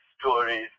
stories